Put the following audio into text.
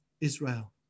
Israel